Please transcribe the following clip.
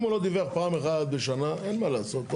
אם הוא לא דיווח פעם אחת בשנה, אין מה לעשות,